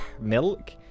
milk